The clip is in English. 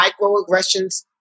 microaggressions